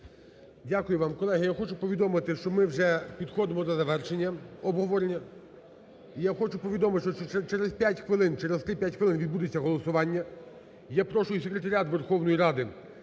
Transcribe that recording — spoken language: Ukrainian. Дякую вам. Колеги, я хочу повідомити, що ми вже підходимо до завершення обговорення. І я хочу повідомити, що через 5 хвилин, через 3-5 хвилин відбудеться голосування. Я прошу Секретаріат Верховної Ради